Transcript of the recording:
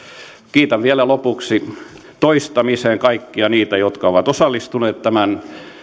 kiitän vielä lopuksi toistamiseen kaikkia niitä jotka ovat osallistuneet tämän